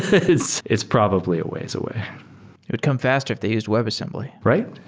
it's it's probably a ways away it would come faster if they used webassembly right?